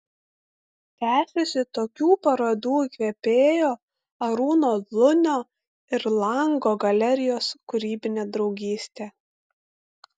tęsiasi tokių parodų įkvėpėjo arūno lunio ir lango galerijos kūrybinė draugystė